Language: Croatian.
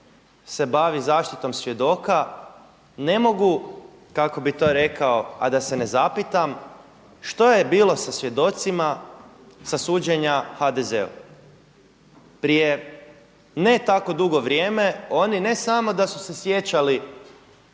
se bavi zaštitom svjedoka ne mogu kako bih to rekao a da se ne zapitam što je bilo sa svjedocima sa suđenja HDZ-u. Prije ne tako dugo vrijeme oni ne samo da su se sjećali